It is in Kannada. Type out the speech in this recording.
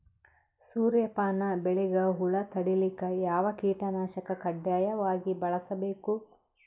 ಸೂರ್ಯಪಾನ ಬೆಳಿಗ ಹುಳ ತಡಿಲಿಕ ಯಾವ ಕೀಟನಾಶಕ ಕಡ್ಡಾಯವಾಗಿ ಬಳಸಬೇಕು?